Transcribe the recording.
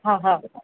हा हा